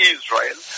Israel